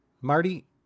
Marty